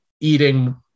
eating